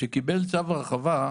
שקיבל צו הרחבה,